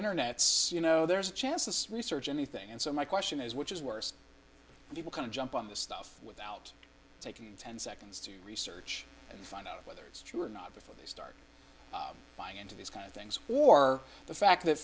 internets you know there's a chance this research anything and so my question is which is worse people can jump on this stuff without taking ten seconds to research and find out whether it's true or not before they start buying into these kind of things or the fact that